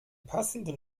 passenden